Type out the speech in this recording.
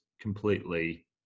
completely